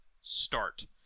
start